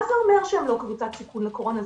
מה זה אומר שהם לא קבוצת סיכון לקורונה?